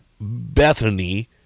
Bethany